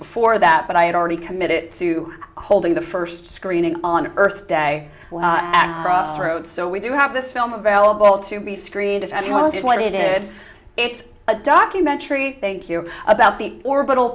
before that but i had already committed to holding the first screening on earth day so we do have this film available to be screened if anyone knows what it is it's a documentary thank you about the orbital